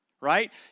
right